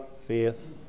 faith